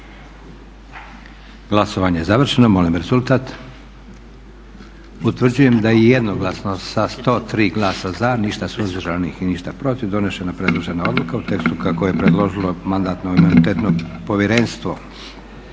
Glasovanje je završeno. Molim rezultat? Utvrđujem da je jednoglasno sa 103 glasa za, ništa suzdržanih i ništa protiv donešena predložena odluka u tekstu kako je predložilo Mandatno-imunitetno povjerenstvo.